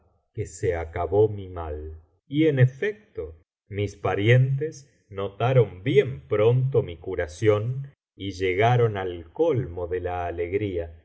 que se acabó mi mal y en efecto mis parientes notaron bien pronto mi curación y llegaron al colmo de la alegría